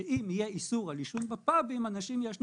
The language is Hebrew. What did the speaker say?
שם יהיה איסור על עישון בפאבים אז אנשים יעשנו